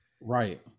Right